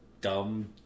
dumb